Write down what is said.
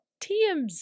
TMZ